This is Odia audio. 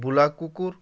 ବୁଲା କୁକୁର୍